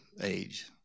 age